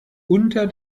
unter